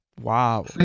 wow